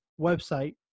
website